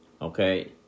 Okay